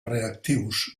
reactius